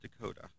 Dakota